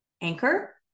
Anchor